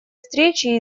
встречи